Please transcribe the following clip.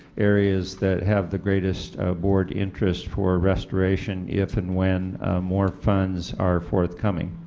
areas that have the greatest board interest for restoration if and when more funds are forthcoming.